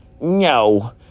no